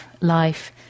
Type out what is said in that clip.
life